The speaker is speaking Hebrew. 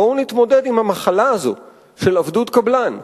בואו ונתמודד עם המחלה הזאת של עבדות קבלן.